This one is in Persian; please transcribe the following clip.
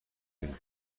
خیلی